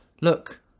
Look